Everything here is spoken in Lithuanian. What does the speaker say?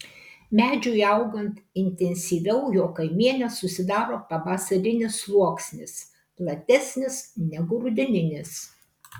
medžiui augant intensyviau jo kamiene susidaro pavasarinis sluoksnis platesnis negu rudeninis